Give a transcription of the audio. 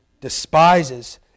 despises